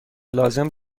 لازم